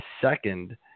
second